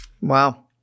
Wow